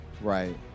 Right